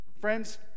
Friends